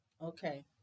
Okay